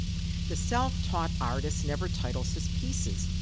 the self-taught artist never titles his pieces.